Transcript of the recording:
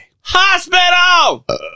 Hospital